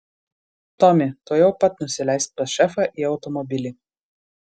tomi tuojau pat nusileisk pas šefą į automobilį